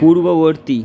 পূর্ববর্তী